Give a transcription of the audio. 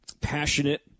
passionate